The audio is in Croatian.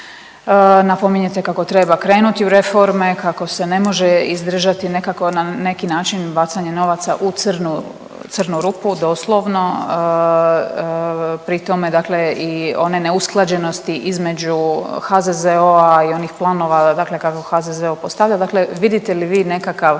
Napominjete kako treba krenuti u reforme, kako se ne može izdržati nekako na neki način bacanje novaca u crnu rupu doslovno pri tome i one neusklađenosti između HZZO-a i onih planova kako HZZO postavlja. Dakle, vidite li vi nekakav